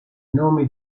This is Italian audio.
nomi